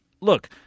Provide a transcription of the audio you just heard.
look –